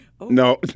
No